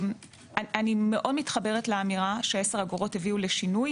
אני מאוד מתחברת לאמירה ש-10 אגורות הביאו לשינוי